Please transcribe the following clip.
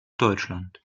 deutschland